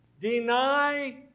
Deny